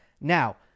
Now